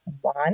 one